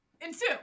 ensue